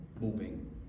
moving